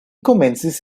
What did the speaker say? komencis